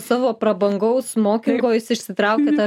savo prabangaus smokingo jis išsitraukė tą